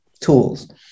tools